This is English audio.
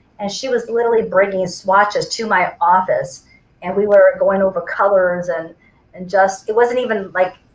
and she was literally breaking swatches to my office and we were going over colors and and just it wasn't even like